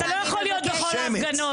אתה לא יכול להיות בכל ההפגנות.